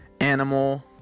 animal